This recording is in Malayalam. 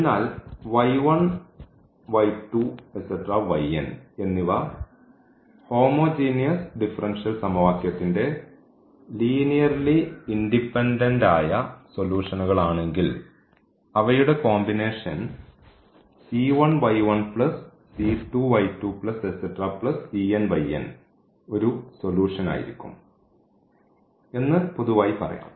അതിനാൽ എന്നിവ ഹോമോജീനിയസ് ഡിഫറൻഷ്യൽ സമവാക്യത്തിന്റെ ലീനിയർലി ഇൻഡിപെൻഡൻറ് ആയ സൊലൂഷൻകൾ ആണെങ്കിൽ അവയുടെ കോമ്പിനേഷൻ ഒരു സൊല്യൂഷൻ ആയിരിക്കും എന്ന് പൊതുവായി പറയാം